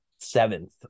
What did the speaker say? seventh